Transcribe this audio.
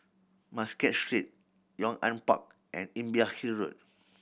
Muscat Street Yong An Park and Imbiah Hill Road